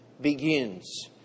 begins